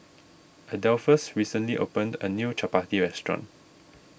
Adolphus recently opened a new Chapati restaurant